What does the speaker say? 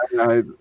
I-